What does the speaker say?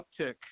uptick